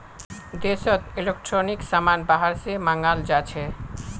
देशोत इलेक्ट्रॉनिक समान बाहर से मँगाल जाछे